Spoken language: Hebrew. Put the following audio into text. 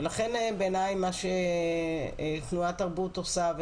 לכן בעיניי מה שתנועת תרבות עושה,